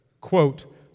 quote